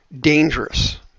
dangerous